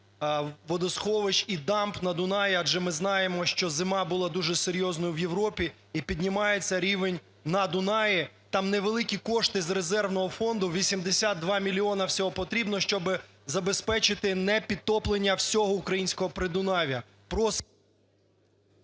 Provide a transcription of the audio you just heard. кризовий стан водосховищ і дамб на Дунаї, адже ми знаємо, що зима була дуже серйозною в Європі і піднімається рівень на Дунаї. Там невеликі кошти з резервного фонду, 82 мільйона всього потрібно, щоб забезпечити непідтоплення всього українського Придунав'я.